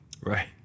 Right